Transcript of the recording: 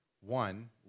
One